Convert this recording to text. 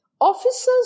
Officers